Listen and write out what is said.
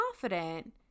confident